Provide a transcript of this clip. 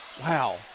Wow